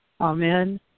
Amen